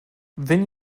wenn